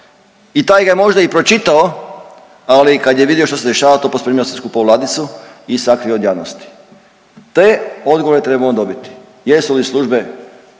i taj ga možda i pročitao, ali kad je vidio šta se dešava to pospremio sve skupa u ladicu i sakrio u ladicu. Te odgovore trebamo dobiti jesu li službe